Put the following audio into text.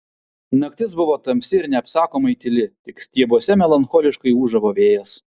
naktis buvo tamsi ir neapsakomai tyli tik stiebuose melancholiškai ūžavo vėjas